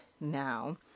now